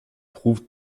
prouve